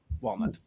Walnut